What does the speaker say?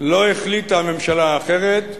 לא החליטה הממשלה אחרת,